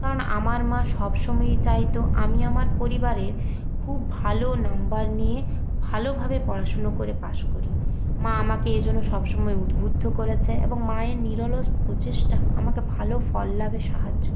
কারণ আমার মা সবসময়ই চাইতো আমি আমার পরিবারে খুব ভালো নম্বর নিয়ে ভালোভাবে পড়াশোনা করে পাস করি মা আমাকে এজন্য সব সময় উদ্বুদ্ধ করেছে এবং মায়ের নিরলস প্রচেষ্টা আমাকে ভালো ফল লাভে সাহায্য করেছে